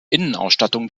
innenausstattung